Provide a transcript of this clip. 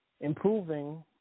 improving